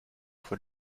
von